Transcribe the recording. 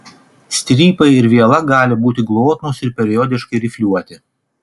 strypai ir viela gali būti glotnūs ir periodiškai rifliuoti